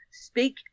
speak